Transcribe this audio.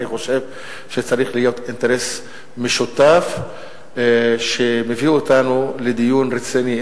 אני חושב שצריך להיות אינטרס משותף שמביא אותנו לדיון רציני,